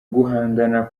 guhangana